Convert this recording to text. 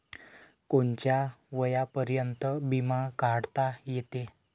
कोनच्या वयापर्यंत बिमा काढता येते?